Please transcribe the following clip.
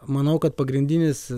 manau kad pagrindinis